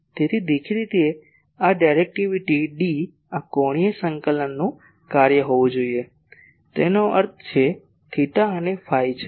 તેથી દેખીતી રીતે આ ડાયરેક્ટિવિટી D આ કોણીય સંકલનનું કાર્ય હોવું જોઈએ તેનો અર્થ છે થેટા અને ફાઈ છે